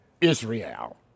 Israel